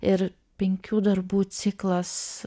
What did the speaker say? ir penkių darbų ciklas